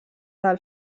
del